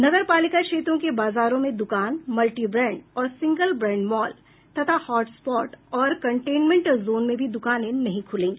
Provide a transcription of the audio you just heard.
नगर पालिका क्षेत्रों के बाजारों में दुकान मल्टीब्रेंड और सिंगल ब्रेंड मॉल तथा हॉटस्पॉट और कंटेनमेंट जोन में भी दुकानें नहीं खुलेगी